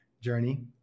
journey